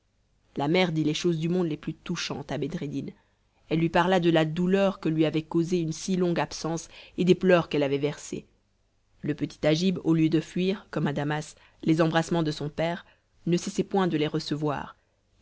la mère dit les choses du monde les plus touchantes à bedreddin elle lui parla de la douleur que lui avait causée une si longue absence et des pleurs qu'elle avait versés le petit agib au lieu de fuir comme à damas les embrassements de son père ne cessait point de les recevoir